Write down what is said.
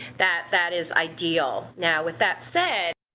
that, that is ideal. now with that said,